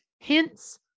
hence